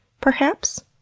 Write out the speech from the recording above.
perhaps?